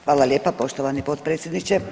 Hvala lijepa poštovani potpredsjedniče.